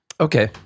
Okay